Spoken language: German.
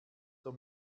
zur